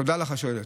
תודה לך, השואלת.